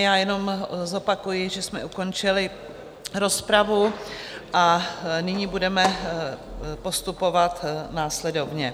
Já jen zopakuji, že jsme ukončili rozpravu a nyní budeme postupovat následovně.